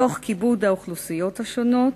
תוך כיבוד האוכלוסיות השונות,